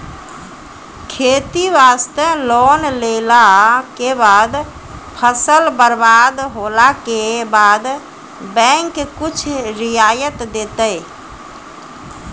खेती वास्ते लोन लेला के बाद फसल बर्बाद होला के बाद बैंक कुछ रियायत देतै?